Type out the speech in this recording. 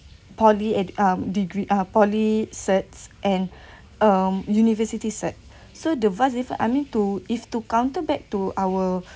poly ed~ um degree uh poly certs and um university cert so the vast if I mean to if to counter back to our